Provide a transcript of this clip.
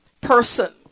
person